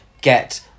get